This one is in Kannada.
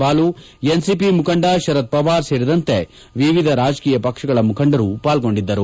ಬಾಲು ಎನ್ಸಿಪಿ ಮುಖಂಡ ಶರದ್ ಪವಾರ್ ಸೇರಿದಂತೆ ವಿವಿಧ ರಾಜಕೀಯ ಪಕ್ಷಗಳ ಮುಖಂಡರು ಪಾಲ್ಗೊಂಡಿದ್ದರು